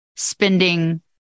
Spending